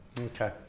Okay